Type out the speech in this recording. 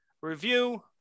review